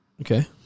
Okay